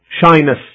shyness